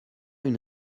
une